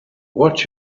what